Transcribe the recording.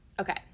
Okay